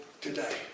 today